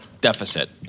deficit